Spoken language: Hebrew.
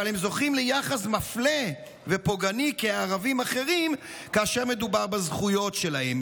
אבל הם זוכים ליחס מפלה ופוגעני כערבים אחרים כאשר מדובר בזכויות שלהם.